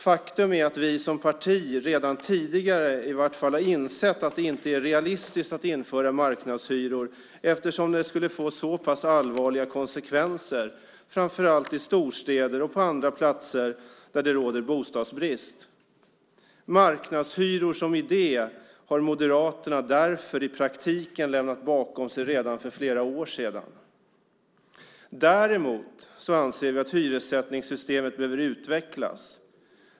Faktum är att vi som parti redan tidigare i varje fall har insett att det inte är realistiskt att införa marknadshyror eftersom det skulle få så pass allvarliga konsekvenser, framför allt i storstäder och på andra platser där det råder bostadsbrist. Marknadshyror som idé har Moderaterna därför i praktiken lämnat bakom sig för flera år sedan. Däremot anser vi att hyressättningssystemet behöver utvecklas.